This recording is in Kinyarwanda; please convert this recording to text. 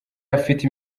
afite